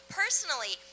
personally